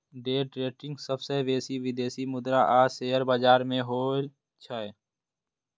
day trading सबसं बेसी विदेशी मुद्रा आ शेयर बाजार मे होइ छै